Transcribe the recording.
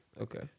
Okay